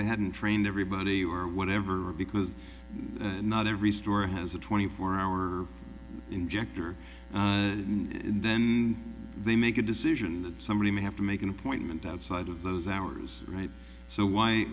they hadn't trained everybody or whatever because not every store has a twenty four hour injector and then they make a decision that somebody may have to make an appointment outside of those hours right so why